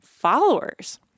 followers